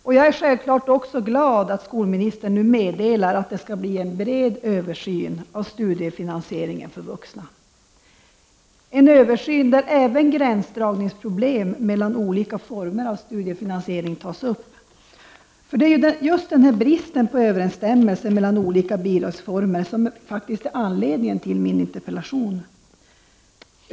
Självklart är jag också glad att skolministern nu meddelar att det skall genomföras en bred översyn av studiefinansieringen för vuxna, en översyn där även gränsdragningsproblem mellan olika former av studiefinansiering skall tas upp. Det är just bristen på överensstämmelse mellan olika bidragsformer som är anledningen till min interpellation.